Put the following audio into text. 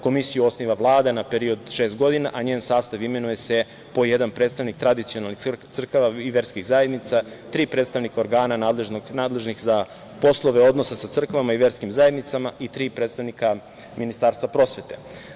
Komisiju osniva Vlada na period od šest godina, a njen sastav imenuje se, po jedan predstavnik tradicionalne crkve i verskih zajednica, tri predstavnika nadležnih za poslove odnosa sa crkvama i verskim zajednicama i tri predstavnika Ministarstva prosvete.